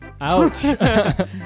Ouch